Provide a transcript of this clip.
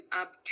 up